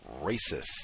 racist